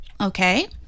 Okay